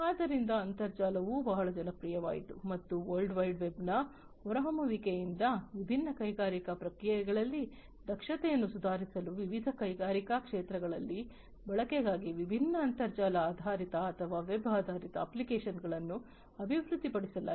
ಆದ್ದರಿಂದ ಅಂತರ್ಜಾಲವೂ ಬಹಳ ಜನಪ್ರಿಯವಾಯಿತು ಮತ್ತು ವರ್ಲ್ಡ್ ವೈಡ್ ವೆಬ್ನ ಹೊರಹೊಮ್ಮುವಿಕೆಯೊಂದಿಗೆ ವಿಭಿನ್ನ ಕೈಗಾರಿಕಾ ಪ್ರಕ್ರಿಯೆಗಳಲ್ಲಿ ದಕ್ಷತೆಯನ್ನು ಸುಧಾರಿಸಲು ವಿವಿಧ ಕೈಗಾರಿಕಾ ಕ್ಷೇತ್ರಗಳಲ್ಲಿ ಬಳಕೆಗಾಗಿ ವಿಭಿನ್ನ ಅಂತರ್ಜಾಲ ಆಧಾರಿತ ಅಥವಾ ವೆಬ್ ಆಧಾರಿತ ಅಪ್ಲಿಕೇಶನ್ಗಳನ್ನು ಅಭಿವೃದ್ಧಿಪಡಿಸಲಾಗಿದೆ